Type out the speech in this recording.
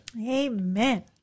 Amen